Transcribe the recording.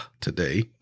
today